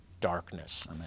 darkness